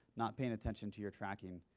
not paying attention to your tracking,